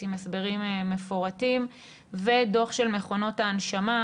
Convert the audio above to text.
עם הסברים מפורטים ודוח של מכונות ההנשמה,